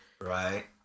Right